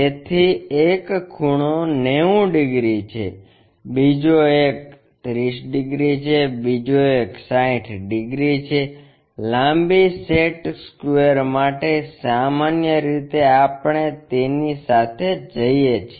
તેથી એક ખૂણો 90 ડિગ્રી છે બીજો એક 30 ડિગ્રી છે બીજો એક 60 ડિગ્રી છે લાંબી સેટ સ્ક્વેર માટે સામાન્ય રીતે આપણે તેની સાથે જઈએ છીએ